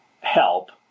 help